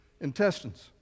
intestines